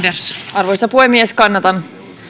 arvoisa puhemies kannatan